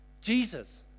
Jesus